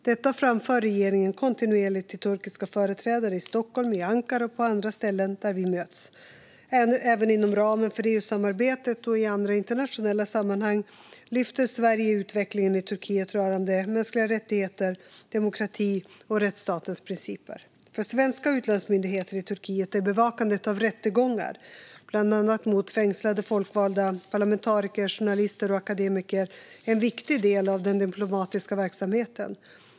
Detta framför regeringen kontinuerligt till turkiska företrädare i Stockholm, i Ankara och på andra ställen där vi möts. Även inom ramen för EU-samarbetet och i andra internationella sammanhang lyfter Sverige upp utvecklingen i Turkiet rörande mänskliga rättigheter, demokrati och rättsstatens principer. För svenska utlandsmyndigheter i Turkiet är bevakandet av rättegångar, mot bland andra fängslade folkvalda parlamentariker, journalister och akademiker, en viktig del av den diplomatiska verksamheten.